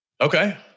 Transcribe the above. Okay